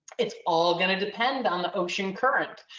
it's all going to depend on the ocean current.